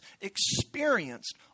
experienced